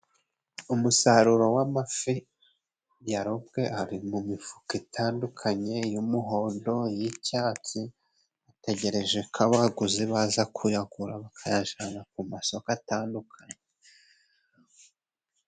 umusaruro w'amafi yarobwe ari mu mifuka itandukanye. Iy'umuhondo, iy'icyatsi bategereje ko abaguzi baza kuyagura bakayajana ku masoko atandukanye.